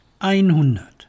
Einhundert